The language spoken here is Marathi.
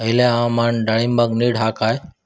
हयला हवामान डाळींबाक नीट हा काय?